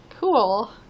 Cool